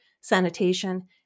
sanitation